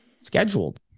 scheduled